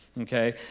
okay